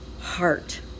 heart